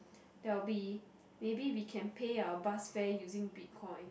there will be maybe we can pay our bus fare using bitcoin